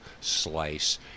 slice